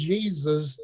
Jesus